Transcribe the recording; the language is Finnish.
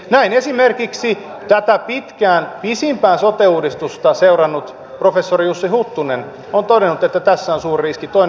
näin esimerkiksi pisimpään sote uudistusta seurannut professori jussi huttunen on todennut että tässä on suuri riski